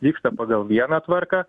vyksta pagal vieną tvarką